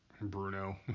Bruno